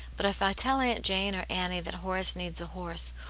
but if i tell aunt jane or annie that horace needs a horse,